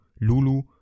Lulu